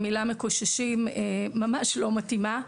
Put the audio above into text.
המילה "מקוששים", ממש לא מתאימה.